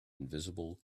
invisible